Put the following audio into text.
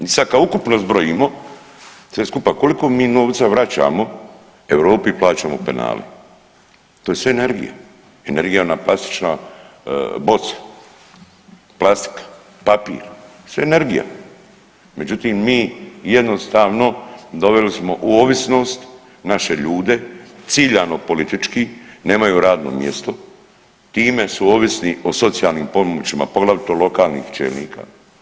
I sad kad ukupno zbrojimo sve skupa koliko mi novca vraćamo Europi i plaćamo penale, to je sve energija, energija je ona plastična boca, plastika, papir, sve energija međutim mi jednostavno doveli smo u ovisnost naše ljude, ciljano politički nemaju radno mjesto, time su ovisni o socijalnim pomoćima, poglavito lokalnih čelnika.